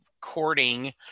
courting